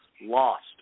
Lost